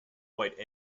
white